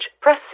press